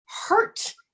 hurt